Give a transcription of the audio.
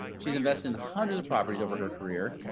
she's invested in hundreds of properties over her career.